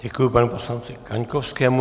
Děkuji panu poslanci Kaňkovskému.